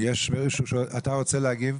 אתה רוצה להגיב?